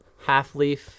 Halfleaf